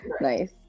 nice